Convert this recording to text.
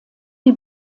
die